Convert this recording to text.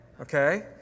okay